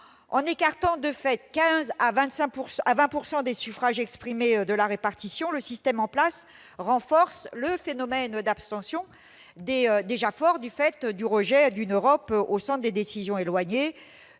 En écartant de fait 15 % à 20 % des suffrages exprimés de la répartition, le système en place renforce le phénomène d'abstention déjà très fort en raison du rejet d'une Europe aux centres de décision éloignés,